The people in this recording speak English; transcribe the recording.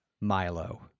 Milo